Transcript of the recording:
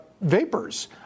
vapors